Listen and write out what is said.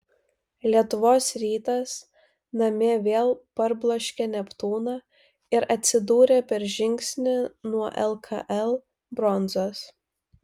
lietuvos rytas namie vėl parbloškė neptūną ir atsidūrė per žingsnį nuo lkl bronzos